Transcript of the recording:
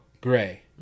gray